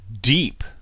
deep